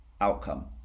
outcome